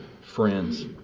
friends